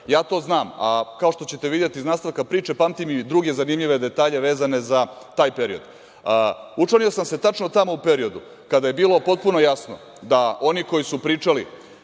Ja to znam. A, kao što ćete videti iz nastavka priče, pamtim i druge zanimljive detalje vezane za taj period. Učlanio sam se tačno tamo u periodu kada je bilo potpuno jasno da oni koji su pričali